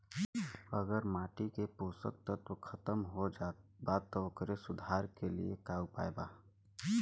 अगर माटी के पोषक तत्व खत्म हो जात बा त ओकरे सुधार के लिए का उपाय बा?